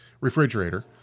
refrigerator